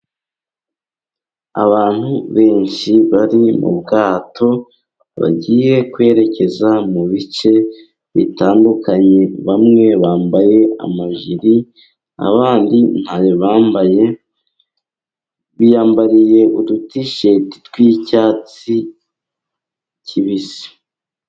Abantu benshi bari mu bwato, bagiye kwerekeza mu bice bitandukanye, bamwe bambaye amajiri abandi nta yo bambaye, biyambariye udutisheti tw'icyatsi kibisi.